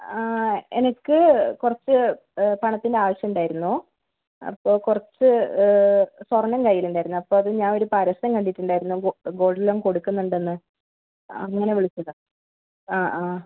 എനിക്ക് കുറച്ച് പണത്തിൻ്റെ ആവശ്യം ഉണ്ടായിരുന്നു അപ്പോൾ കുറച്ച് സ്വർണം കയ്യിൽ ഉണ്ടായിരുന്നു അപ്പോൾ അത് ഞാൻ ഒരു പരസ്യം കണ്ടിട്ട് ഉണ്ടായിരുന്നു ഗോൾഡ് ലോൺ കൊടുക്കുന്നുണ്ടെന്ന് അങ്ങനെ വിളിച്ചതാണ് അ അ